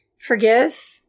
forgive